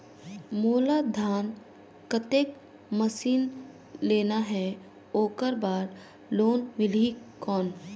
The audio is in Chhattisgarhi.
मोला धान कतेक मशीन लेना हे ओकर बार लोन मिलही कौन?